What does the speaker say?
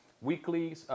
weekly